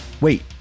Wait